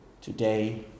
today